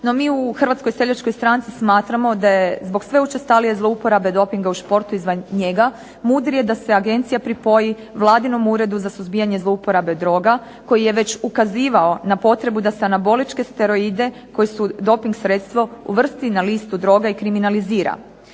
mi u Hrvatskoj seljačkoj stranci smatramo da je zbog sve učestalije zlouporabe dopinga u športu i izvan njega mudrije da se agencija pripoji Vladinom Uredu za suzbijanje zlouporabe droga, koji je već ukazivao na potrebu da se anaboličke steroide koji su doping sredstvo uvrsti na listu droga i kriminalizira.